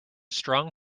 strong